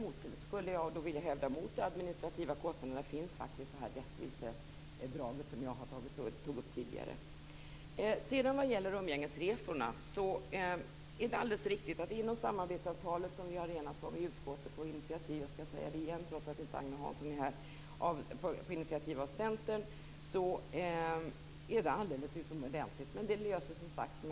Jag skulle då vilja hävda att mot de administrativa kostnaderna står rättvisedraget, som jag tog upp tidigare. Vad gäller umgängesresorna är det alldeles riktigt att samarbetsavtalet, som vi enades om i utskottet på initiativ av Centern - jag säger det igen trots att Agne Hansson inte är här - är utomordentligt.